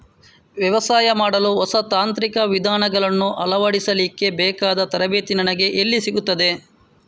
ವ್ಯವಸಾಯ ಮಾಡಲು ಹೊಸ ತಾಂತ್ರಿಕ ವಿಧಾನಗಳನ್ನು ಅಳವಡಿಸಲಿಕ್ಕೆ ಬೇಕಾದ ತರಬೇತಿ ನನಗೆ ಎಲ್ಲಿ ಸಿಗುತ್ತದೆ?